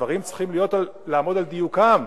הדברים צריכים לעמוד על דיוקם.